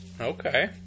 Okay